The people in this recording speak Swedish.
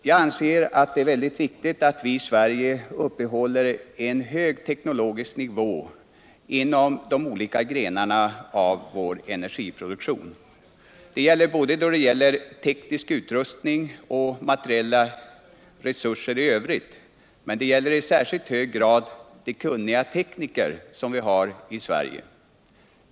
Jag anser att det är väldigt viktigt att vi i Sverige uppehåller en hög teknologisk nivå inom de olika grenarna av vår energiproduktion. Det gäller teknisk utrustning, materiella resurser i övrigt och i särskilt hög grad de kunniga tekniker som vi har i Sverige.